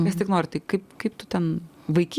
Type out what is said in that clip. kas tik nori taip kaip tu ten vaiki